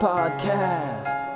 Podcast